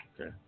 Okay